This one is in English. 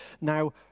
Now